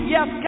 Yes